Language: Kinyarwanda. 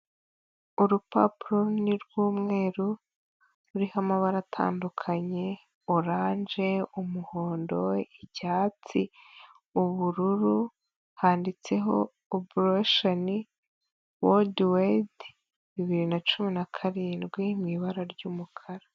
Urupapuro runini rw'umweru, ruriho amabara atandukanye: oranje, umuhondo, icyatsi, ubururu, handitseho Abortion worldwide bibiri na cumi na karindwi mu ibara ry'umukara.